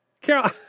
Carol